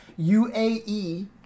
UAE